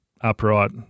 upright